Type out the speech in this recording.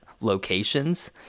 locations